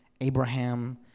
Abraham